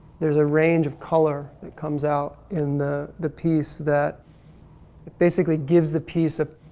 there's a range of color that comes out in the, the piece that, that basically gives the piece a,